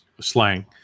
slang